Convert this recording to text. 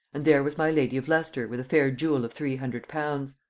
and there was my lady of leicester with a fair jewel of three hundred pounds.